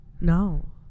No